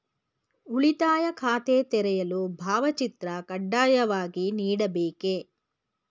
ಉಳಿತಾಯ ಖಾತೆ ತೆರೆಯಲು ಭಾವಚಿತ್ರ ಕಡ್ಡಾಯವಾಗಿ ನೀಡಬೇಕೇ?